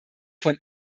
von